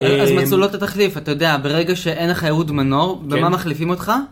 אז מצאו לו את התחליף, אתה יודע, ברגע שאין לך אהוד מנור, במה מחליפים אותך?